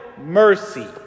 mercy